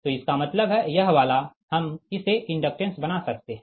तो इसका मतलब है यह वाला हम इसे इंडक्टेंस बना सकते है